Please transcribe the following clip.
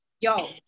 yo